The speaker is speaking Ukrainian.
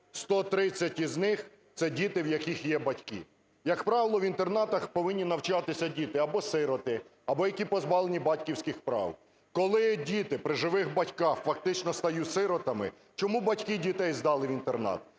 130 із них – це діти, в яких є батьки. Як правило, в інтернатах повинні навчатися діти або сироти, або які позбавлені батьківських прав. Коли діти при живих батьках фактично стають сиротами, чому батьки дітей здали в інтернат?